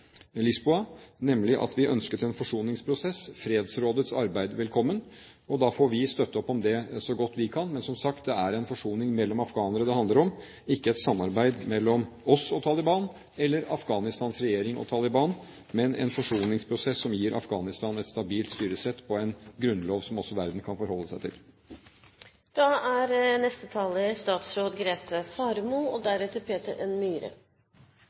Lisboa, nemlig at vi ønsket en forsoningsprosess, fredsrådets arbeid, velkommen, og da får vi støtte opp om det så godt vi kan. Men som sagt: Det er en forsoning mellom afghanere det handler om, ikke et samarbeid mellom oss og Taliban, eller Afghanistans regjering og Taliban, men en forsoningsprosess som gir Afghanistan et stabilt styresett, basert på en grunnlov som også verden kan forholde seg